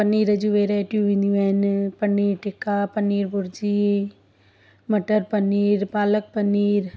पनीर जी वेराइटियूं ईंदियूं आहिनि पनीर टिका पनीर भुर्जी मटर पनीर पालक पनीर